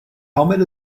helmet